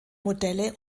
modelle